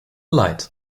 light